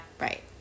right